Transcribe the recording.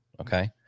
Okay